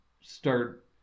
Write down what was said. start